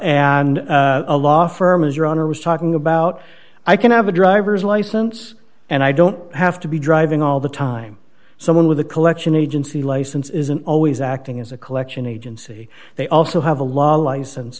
a law firm as your honor was talking about i can have a driver's license and i don't have to be driving all the time someone with a collection agency license isn't always acting as a collection agency they also have a law license